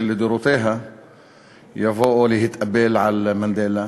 לדורותיה יבוא כאילו להתאבל על מנדלה,